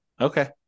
Okay